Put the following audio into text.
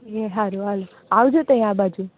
એ સારું ચાલો આવજો ત્યારે આ બાજુ